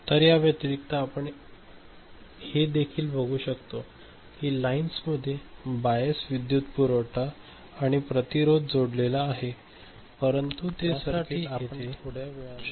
तर या व्यतिरिक्त आपण हे देखील बघू शकतो की या लाईन्समध्ये बायस विद्युत पुरवठा आणि प्रतिरोध जोडलेला आहे परंतु ते सर्किट आपण थोड्या वेळाने पाहू